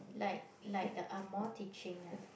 like like the Angmoh teaching ah